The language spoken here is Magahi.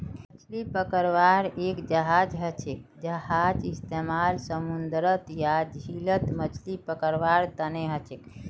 मछली पकड़वार एक जहाज हछेक जहार इस्तेमाल समूंदरत या झीलत मछली पकड़वार तने हछेक